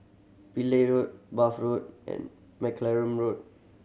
Pillai Road Bath Road and Mccallum Road